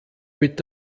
mit